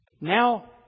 Now